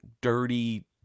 dirty